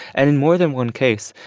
and in more than one case,